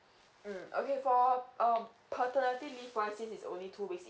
mm okay for um paternity leave wise it is only two weeks